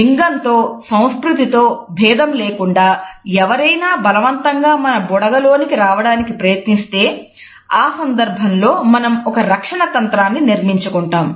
లింగంతో సంస్కృతితో బేధం లేకుండా ఎవరైనా బలవంతంగా మన బుడగ లోనికి రావడానికి ప్రయత్నిస్తే ఆ సందర్భంలో మనం ఒక రక్షణ తంత్రాన్ని నిర్మించుకుంటాం